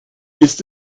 ist